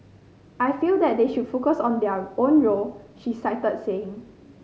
I feel that they should focus on their own role she cited saying